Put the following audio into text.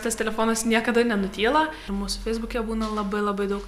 tas telefonas niekada nenutyla ir mūsų feisbuke būna labai labai daug